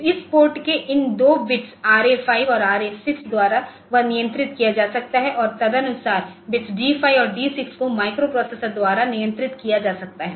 तो इस पोर्ट के इन दो बिट्स RA5 और RA6 द्वारा वह नियंत्रित किया जा सकता है और तदनुसार बिट्स D5 और D6 को माइक्रोप्रोसेसर द्वारा नियंत्रित किया जा सकता है